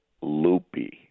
loopy